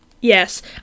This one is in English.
Yes